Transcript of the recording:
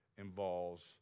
involves